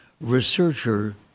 researcher